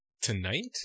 Tonight